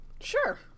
Sure